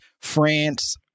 France